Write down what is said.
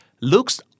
looks